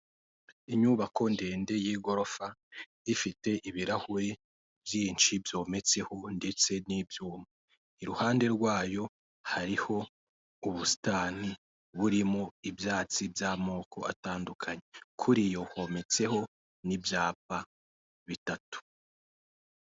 Inyubako ndende y'igorofa, ifite ibirahuri byinshi byometseho ndetse n'ibyuma, i ruhande rwayo hariho ubusitani burimo ibyatsi by'amoko atandukanye, kuri yo hometseho n'ibyapa bitatu.